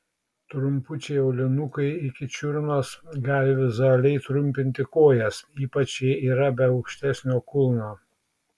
trumpučiai aulinukai iki čiurnos gali vizualiai trumpinti kojas ypač jei yra be aukštesnio kulno